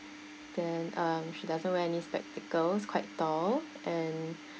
then um she doesn't wear any spectacles quite tall and